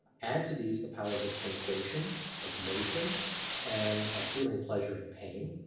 add to these the powers of sensation of motion and of feeling pleasure and pain,